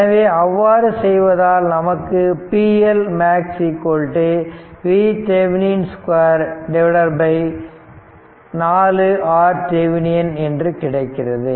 எனவே அவ்வாறு செய்வதால் நமக்கு pLmax VThevenin 2 4 RThevenin என்று கிடைக்கிறது